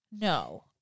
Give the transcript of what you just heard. No